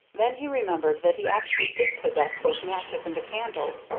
then he remembered that he actually did possess both matches and a candle,